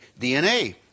DNA